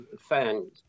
fans